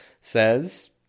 says